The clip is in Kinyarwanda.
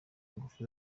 ingufu